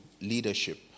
leadership